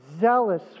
Zealous